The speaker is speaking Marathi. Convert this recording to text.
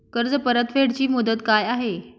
कर्ज परतफेड ची मुदत काय आहे?